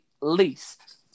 least